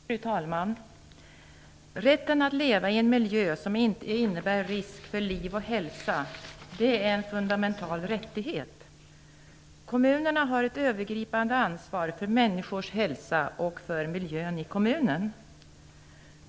Fru talman! Rätten att leva i en miljö som inte innebär risk för liv och hälsa är en fundamental rättighet. Kommunerna har ett övergripande ansvar för människors hälsa och för miljön i kommunen.